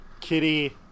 kitty